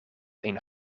een